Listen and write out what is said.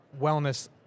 wellness